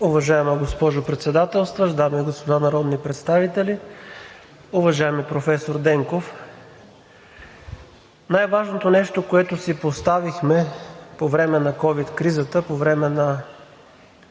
Уважаема госпожо Председател, дами и господа народни представители! Уважаеми професор Денков, най-важното нещо, което си поставихме по време на ковид кризата, по време на